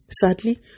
Sadly